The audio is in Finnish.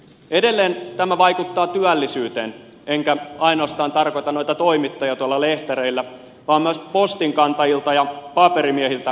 edelleen tämä vaikuttaa työllisyyteen enkä ainoastaan tarkoita noita toimittajia tuolla lehtereillä vaan myös postinkantajilta ja paperimiehiltä vähenevät työt